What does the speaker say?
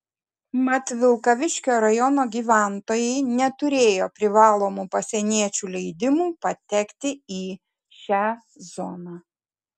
mat vilkaviškio rajono gyventojai neturėjo privalomų pasieniečių leidimų patekti į šią zoną